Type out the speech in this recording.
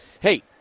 hey